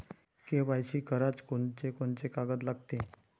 KYC कराच कोनचे कोनचे कागद लागते?